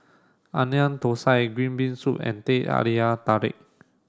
Onion Thosai Green Bean Soup and Teh Halia Tarik